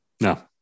No